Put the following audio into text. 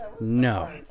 No